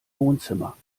wohnzimmer